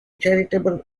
charitable